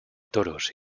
toros